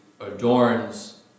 adorns